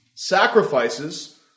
...sacrifices